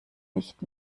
nicht